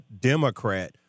Democrat